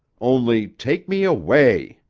only take me away.